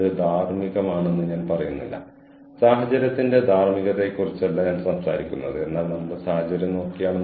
കാരണം യഥാർത്ഥത്തിൽ ഇവിടെ ഇരുന്നു ഈ പ്രഭാഷണം നടത്തുന്ന ആരോടും സംസാരിക്കാൻ അവർക്ക് അവസരം ലഭിച്ചിട്ടില്ല